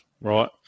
right